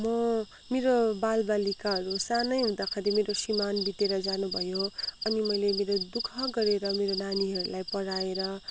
म मेरो बालबालिकाहरू सानै हुँदाखरि मेरो श्रीमान् बितेर जानुभयो अनि मैले मेरो दुःख गरेर मेरो नानीहरूलाई पढाएर